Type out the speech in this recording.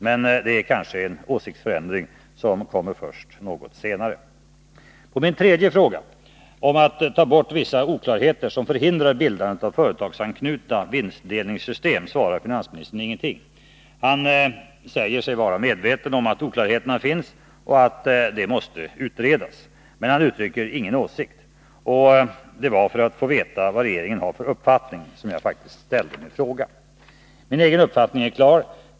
Men det är kanske en åsiktsförändring som kommer först något senare? På min tredje fråga — om att ta bort vissa oklarheter som förhindrar bildandet av företagsanknutna vinstdelningssystem — svarar finansministern ingenting. Han säger sig vara medveten om att oklarheterna finns och att det här måste utredas. Men han uttrycker ingen åsikt. Och det var faktiskt för att få veta vad regeringen har för uppfattning som jag ställde frågan. Min egen uppfattning är klar.